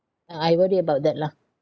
uh I worry about that lah